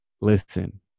Listen